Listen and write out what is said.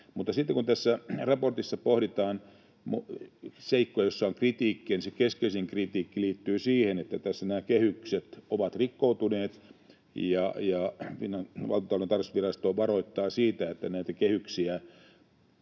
Sitten kun tässä raportissa pohditaan seikkoja, joista on kritiikkiä, niin se keskeisin kritiikki liittyy siihen, että nämä kehykset ovat rikkoutuneet, ja Valtiontalouden tarkastusvirasto varoittaa siitä, että näitä kehyksiä